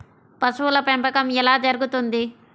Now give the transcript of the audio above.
పశువుల పెంపకం ఎలా జరుగుతుంది?